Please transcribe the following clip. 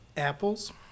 Apples